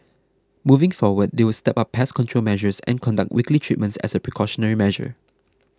moving forward they will step up pest control measures and conduct weekly treatments as a precautionary measure